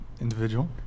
individual